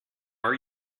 are